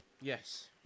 Yes